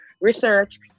research